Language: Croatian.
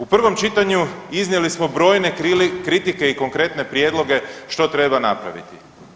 U prvom čitanju iznijeli smo brojne kritike i konkretne prijedloge što treba napraviti.